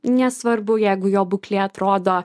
nesvarbu jeigu jo būklė atrodo